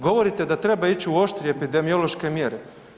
Govorite da treba ići u oštrije epidemiološke mjere.